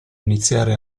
iniziare